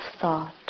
thought